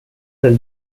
del